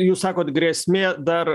jūs sakot grėsmė dar